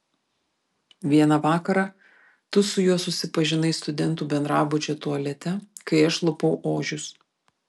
vieną vakarą tu su juo susipažinai studentų bendrabučio tualete kai aš lupau ožius